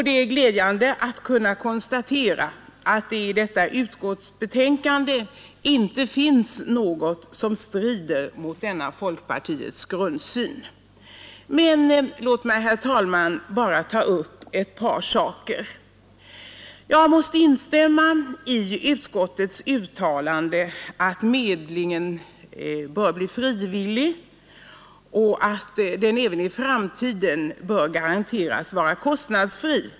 Det är glädjande att kunna konstatera att det i detta betänkande inte finns något som strider mot denna folkpartiets grundsyn. Men låt mig, herr talman, ändå ta upp ett par saker. Jag måste instämma i utskottets uttalande att medlingen bör bli frivillig och att den även i framtiden bör garanteras vara kostnadsfri.